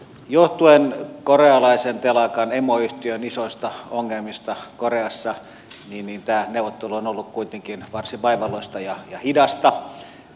johtuen korealaisen telakan emoyhtiön isoista ongelmista koreassa tämä neuvottelu on ollut kuitenkin varsin vaivalloista ja hidasta